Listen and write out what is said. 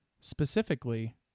Specifically